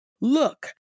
Look